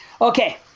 Okay